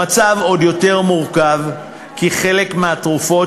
המצב עוד יותר מורכב כי חלק מהתרופות